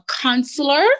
counselor